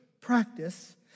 practice